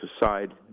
aside